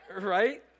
Right